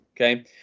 Okay